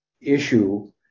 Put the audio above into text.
issue